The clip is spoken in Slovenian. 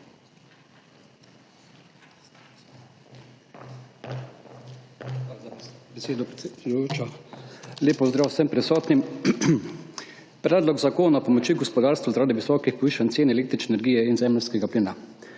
Lep pozdrav vsem prisotnim! Predlog zakona o pomoči gospodarstvu zaradi visokih povišan cen električne energije in zemeljskega plina.